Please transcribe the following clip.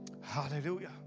Hallelujah